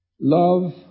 Love